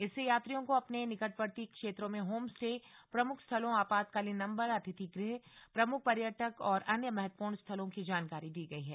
इससे यात्रियों को अपने निकटवर्ती क्षेत्रों में होम स्टे प्रमुख स्थलों आपातकालीन नम्बर अतिथि गृह प्रमुख पर्यटक और अन्य महत्वपूर्ण स्थलों की जानकारी दी गई है